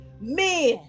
men